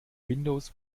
windows